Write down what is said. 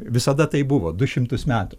visada taip buvo du šimtus metų